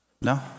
No